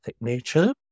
nature